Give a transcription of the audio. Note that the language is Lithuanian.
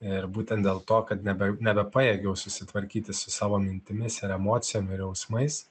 ir būtent dėl to kad nebe nebepajėgiau susitvarkyti su savo mintimis ir emocijom ir jausmais